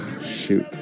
Shoot